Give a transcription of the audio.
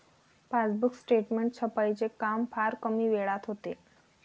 passbook statement छपाईचे काम फार कमी वेळात होते